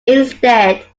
instead